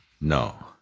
No